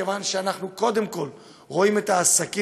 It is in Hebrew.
מכיוון שאנחנו קודם כול רואים את העסקים